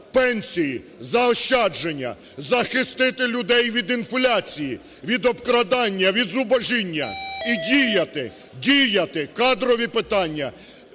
пенсії, заощадження. Захистити людей від інфляції, від обкрадання, від зубожіння і діяти, діяти. Кадрові питання.